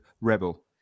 Rebel